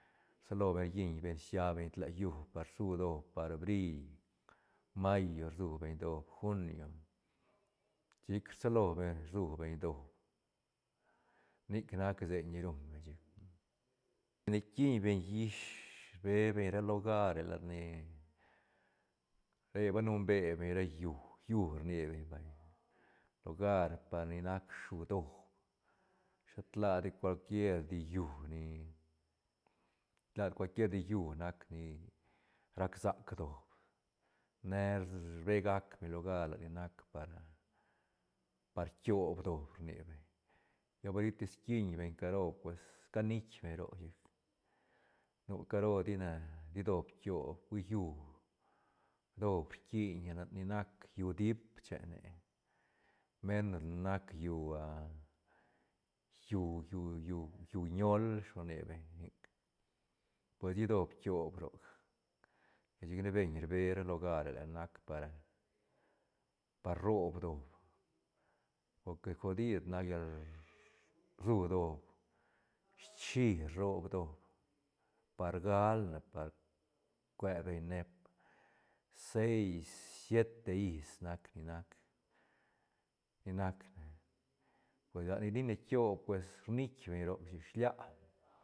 Rsalo beñ rlliñ beñ rsia beñ tla llú par su doob par bril, mayo rsu beñ doob junio chic rsalo beñ rsu beñ doob nic nac seiñ ni run beñ chic ni quiñ beñ llish rbe beñ ra lugare lat ni re ba num be beñ ra llú-llú rni beñ vay lugar pa ni nac shú doob shet ladi cual quier di llú ni shet ladi cual quier di llú nac ni rac sac doob ne rbe gac beñ lugar lat ni nac par ah par kiob doob rni beñ lla ba litis quiñ beñ caro pues canit beñ roc chic nu caro tina ti doob hui llú doob rquiñ ne lat ni nac llú dip chene menos lat nac llú ah llú-llú-llú-llú ñol shi lo rni beñ nic pues di doob quiob roc chic ne beñ rbe ra lugare lat nac par ah par rob doob por que godid nac rsu doob schi rob doob par galne par cue beñ neep seis siete is nac ni nac ni nacne pues lat ni tine quiob pues rnit beñ roc chic shilia.